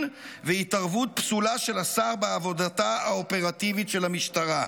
והתערבות פסולה של השר בעבודתה האופרטיבית של המשטרה.